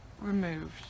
Removed